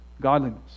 godliness